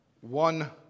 one